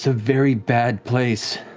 so very bad place.